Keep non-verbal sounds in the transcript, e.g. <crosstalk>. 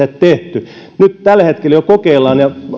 <unintelligible> ole hankintapäätöstä tehty nyt tällä hetkellä jo kokeillaan ja